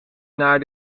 naar